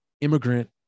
immigrant